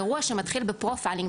אירוע שמתחיל בפרופיילינג,